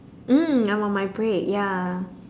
mm I'm on my break ya